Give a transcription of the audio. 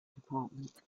department